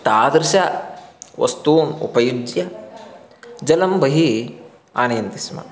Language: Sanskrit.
तादृशवस्तूनि उप्युज्य जलं बहिः आनयन्ति स्म